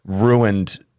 ruined